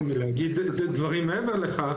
אני נמנע מלהגיד דברים מעבר לכך